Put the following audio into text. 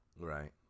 Right